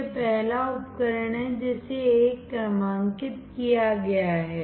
यह पहला उपकरण है जिसे 1 क्रमांकित किया गया है